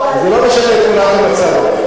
זה לא משנה את תמונת המצב.